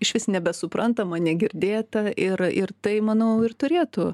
išvis nebesuprantama negirdėta ir ir tai manau ir turėtų